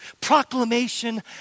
proclamation